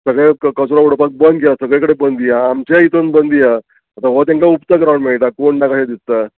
सगळे कचरो उडोवपाक बंद या सगळे कडेन बंद हा आमच्या हितून बंद हा आतां हो तेंकां उपच ग्रावंड मेळटा कोण ना कशें दिसता